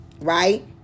right